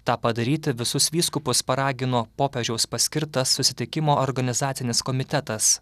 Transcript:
tą padaryti visus vyskupus paragino popiežiaus paskirtas susitikimo organizacinis komitetas